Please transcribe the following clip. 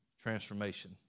Transformation